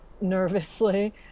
nervously